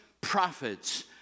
prophets